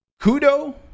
Kudo